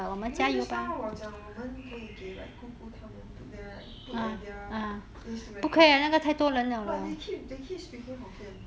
you know just now 我讲我们可以给 like 姑姑他们 put there right put at their place to record but they keep they keep speaking hokkien